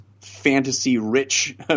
fantasy-rich